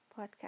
podcast